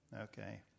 Okay